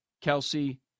Kelsey